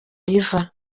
riva